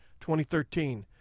2013